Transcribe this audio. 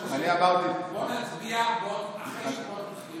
חודש, בוא נצביע אחרי שנגמור את התחקיר.